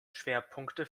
schwerpunkte